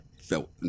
felt